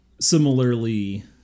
similarly